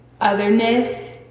otherness